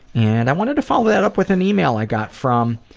and i wanted to follow that up with an email i got from